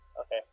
Okay